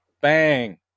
bang